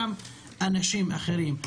גם אנשים אחרים.